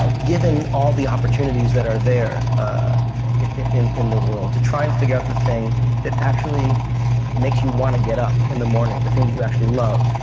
given all the opportunities that are there ah in in the world, to try and figure out the thing that actually makes you want to get up in the morning, the thing that you actually love.